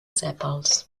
sèpals